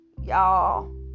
Y'all